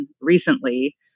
recently